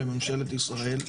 לממשלת ישראל,